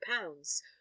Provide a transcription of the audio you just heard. pounds